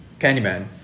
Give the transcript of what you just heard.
Candyman